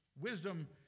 wisdom